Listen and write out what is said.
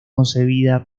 concebida